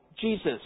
Jesus